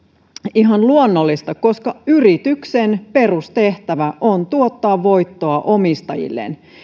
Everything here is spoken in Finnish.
ihan luonnollista koska yrityksen perustehtävä on tuottaa voittoa omistajilleen